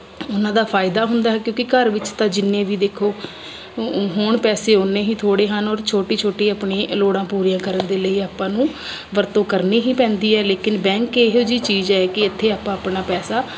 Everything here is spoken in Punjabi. ਉਹਨਾਂ ਦਾ ਫਾਇਦਾ ਹੁੰਦਾ ਕਿਉਂਕਿ ਘਰ ਵਿੱਚ ਤਾਂ ਜਿੰਨੇ ਵੀ ਦੇਖੋ ਹੋਣ ਪੈਸੇ ਉਨੇ ਹੀ ਥੋੜ੍ਹੇ ਹਨ ਔਰ ਛੋਟੀ ਛੋਟੀ ਆਪਣੀ ਲੋੜਾਂ ਪੂਰੀਆਂ ਕਰਨ ਦੇ ਲਈ ਆਪਾਂ ਨੂੰ ਵਰਤੋਂ ਕਰਨੀ ਹੀ ਪੈਂਦੀ ਹੈ ਲੇਕਿਨ ਬੈਂਕ ਇਹੋ ਜਿਹੀ ਚੀਜ਼ ਹੈ ਕਿ ਇੱਥੇ ਆਪਾਂ ਆਪਣਾ ਪੈਸਾ